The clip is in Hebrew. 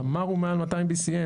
תמר הוא מעל BCM200,